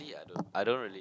I don't I don't really